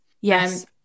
yes